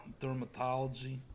dermatology